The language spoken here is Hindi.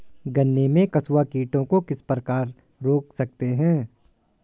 गन्ने में कंसुआ कीटों को किस प्रकार रोक सकते हैं?